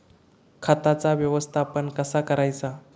खताचा व्यवस्थापन कसा करायचा?